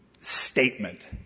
statement